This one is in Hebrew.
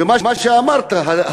ומה שאמרת,